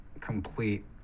complete